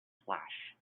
flash